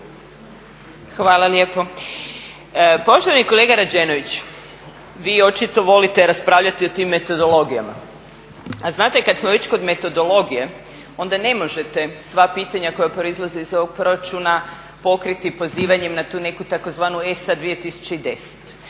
Hvala lijepo. Poštovani kolega Rađenović, vi očito volite raspravljati o tim metodologijama, a znate kada smo već kod metodologije onda ne možete sva pitanja koja proizlaze iz ovog proračuna pokriti pozivanjem na tu neku tzv. ESA 2010.